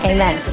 Amen